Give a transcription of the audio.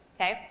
okay